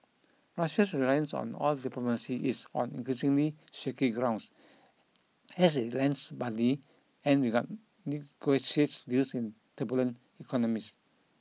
Russia's reliance on oil diplomacy is on increasingly shaky grounds as it lends money and regard negotiates deals in turbulent economies